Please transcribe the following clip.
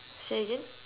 say again